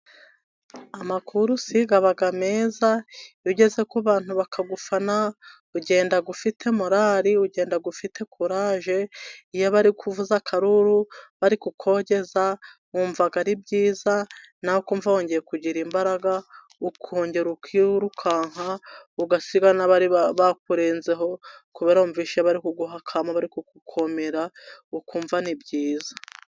Amakurusi aba meza iyo ugeze ku bantu bakagufana ugenda ufite morari ugenda ufite kuraje, iyo bari ari kuvuza akaruru bari kukogeza wumva ari byiza nakumva wongeye kugira imbaraga, ukongera ukirukanka ugasiga n'abari bakurenzeho, kube uri kumvise bari kuguha akamo, kugukomera ukumva ni byiza.